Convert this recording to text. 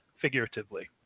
figuratively